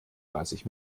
dreißig